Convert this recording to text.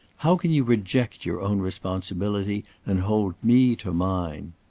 how can you reject your own responsibility and hold me to mine?